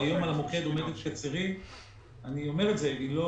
היום על המוקד אומרת קצרין אבל היא לא